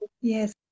yes